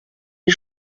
les